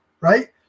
right